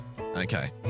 Okay